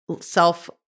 self